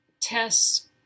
tests